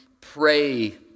pray